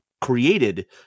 created